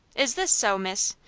is this so, miss?